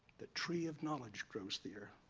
the tree of knowledge grows there,